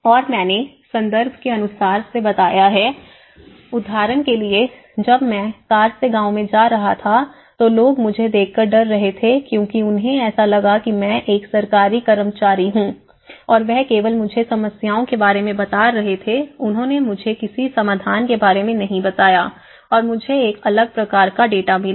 और मैंने संदर्भ के अनुसार से बताया है उदाहरण के लिए जब मैं कार से गांव में जा रहा था तो लोग मुझे देखकर डर रहे थे क्योंकि उन्हें ऐसा लगा कि मैं एक सरकारी कर्मचारी हूँ और वह केवल मुझे समस्याओं के बारे में बता रहे थे उन्होंने कभी मुझसे समाधान की बात नहीं की थी और मुझे एक अलग प्रकार का डाटा मिला